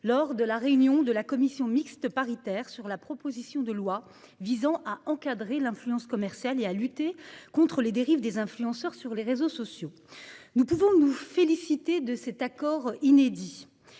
unanime au sein de la commission mixte paritaire sur la proposition de loi visant à encadrer l'influence commerciale et à lutter contre les dérives des influenceurs sur les réseaux sociaux. Nous pouvons nous féliciter de cet accord, qui